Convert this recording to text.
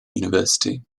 university